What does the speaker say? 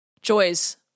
Joy's